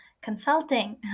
consulting